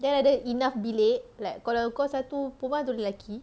then ada enough bilik like kalau kau satu perempuan satu lelaki